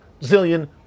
zillion